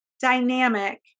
dynamic